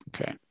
Okay